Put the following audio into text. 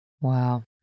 Wow